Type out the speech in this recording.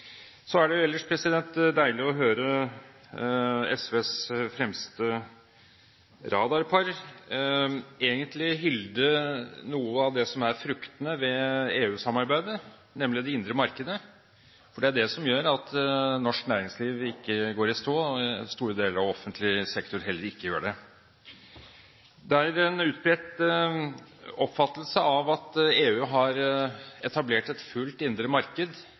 Så er det ellers deilig å høre SVs fremste radarpar egentlig hylle noe av det som er fruktene ved EU-samarbeidet, nemlig det indre markedet. For det er det som gjør at norsk næringsliv ikke går i stå, og at store deler av offentlig sektor heller ikke gjør det. Det er en utbredt oppfatning at EU har etablert et fullt indre marked.